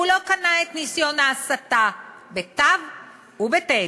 הוא לא קנה את ניסיון ההסתה, בתי"ו ובטי"ת.